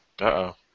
Uh-oh